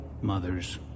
mothers